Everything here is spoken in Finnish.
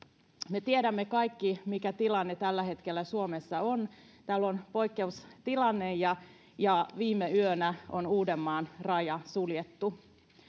me tiedämme kaikki mikä tilanne tällä hetkellä suomessa on täällä on poikkeustilanne ja ja viime yönä on uudenmaan raja suljettu